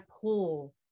pull